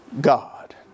God